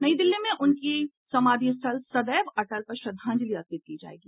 नई दिल्ली में उनकी समाधि स्थल सदैव अटल पर श्रद्वांजलि अर्पित की जाएगी